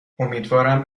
امیدوارم